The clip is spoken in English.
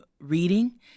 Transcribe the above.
reading